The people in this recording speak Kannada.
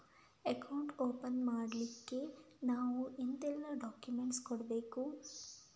ಅಕೌಂಟ್ ಓಪನ್ ಮಾಡ್ಲಿಕ್ಕೆ ನಾವು ಎಂತೆಲ್ಲ ಡಾಕ್ಯುಮೆಂಟ್ಸ್ ಕೊಡ್ಬೇಕು?